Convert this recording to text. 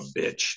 bitch